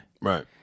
Right